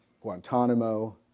guantanamo